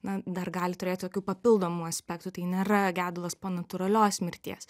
na dar gali turėt tokių papildomų aspektų tai nėra gedulas po natūralios mirties